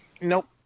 Nope